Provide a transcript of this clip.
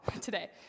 today